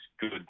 good